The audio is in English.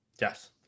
Yes